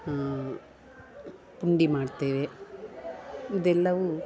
ಹಾಂ ಪುಂಡಿ ಮಾಡ್ತೇವೆ ಇದೆಲ್ಲವೂ